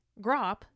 Grop